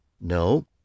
No